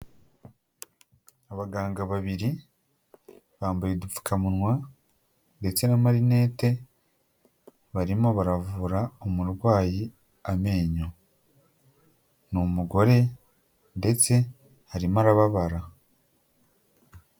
Abaganga babiri bambaye udupfukamunwa ndetse n’amarinete, barimo baravura umurwayi amenyo, ni umugore ndetse arimo arababara.